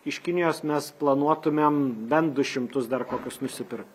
iš kinijos mes planuotumėm bent du šimtus dar kokius nusipirkt